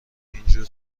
اینجور